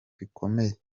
bikomeye